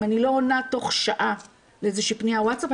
אם אני לא עונה תוך שעה לאיזו שהיא פניה בוואטסאפ,